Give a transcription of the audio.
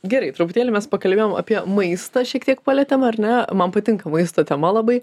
gerai truputėlį mes pakalbėjom apie maistą šiek tiek palietėm ar ne man patinka maisto tema labai